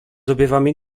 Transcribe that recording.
objawami